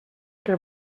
que